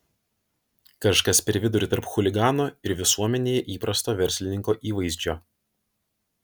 kažkas per vidurį tarp chuligano ir visuomenėje įprasto verslininko įvaizdžio